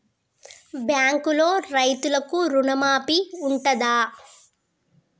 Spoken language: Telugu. బ్యాంకులో రైతులకు రుణమాఫీ ఉంటదా?